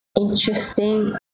interesting